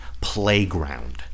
Playground